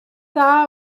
dda